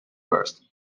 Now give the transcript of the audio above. first